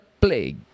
plague